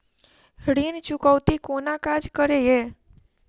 ऋण चुकौती कोना काज करे ये?